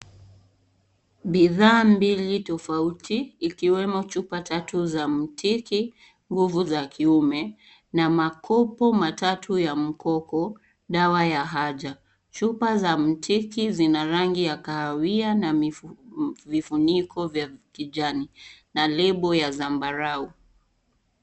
Bidhaa mbili tofauti ikiwemo chupa tatu za mtiki, nguvu za kiume. Na makopo matatu ya mkoko dawa ya aja. Chupa za mtiki zina rangi ya kahawiya na vifuniko za kijani na lebo ya Zambrano.